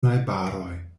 najbaroj